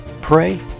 Pray